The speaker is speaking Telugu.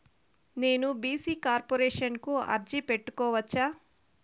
నేను బీ.సీ కార్పొరేషన్ కు అర్జీ పెట్టుకోవచ్చా?